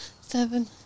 seven